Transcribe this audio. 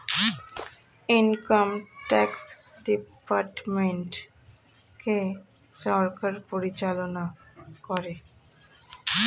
income tax ডিপার্টমেন্টকে সরকার পরিচালনা করে